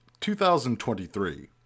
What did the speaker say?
2023